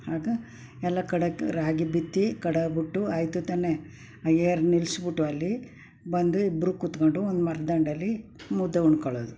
ಆಗ ಎಲ್ಲ ಕಡೆಗೆ ರಾಗಿ ಬಿತ್ತಿ ಕಡೆ ಬಿಟ್ಟು ಆಯಿತು ತಾನೆ ಏರಿ ನಿಲ್ಲಿಸ್ಬಿಟ್ಟು ಅಲ್ಲಿ ಬಂದು ಇಬ್ಬರು ಕೂತ್ಕೊಂಡು ಒಂದು ಮರದಂಡೆಲಿ ಮುದ್ದೆ ಉಣ್ಕೊಳ್ಳೋದು